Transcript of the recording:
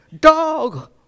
Dog